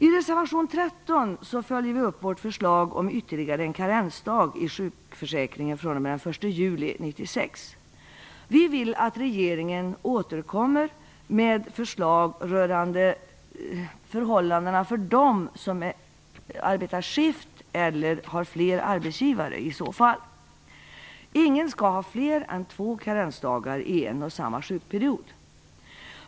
I reservation 13 följer vi upp vårt förslag om ytterligare en karensdag i sjukförsäkringen fr.o.m. den 1 juli 1996. Vi vill att regeringen i så fall återkommer med förslag rörande förhållandena för dem som arbetar skift eller har flera arbetsgivare. Ingen skall ha fler än två karensdagar i en och samma sjukperiod.